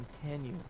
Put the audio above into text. continue